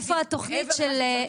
התוכנית --- מעבר למה שצריך?